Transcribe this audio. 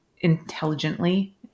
intelligently